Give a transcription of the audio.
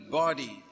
body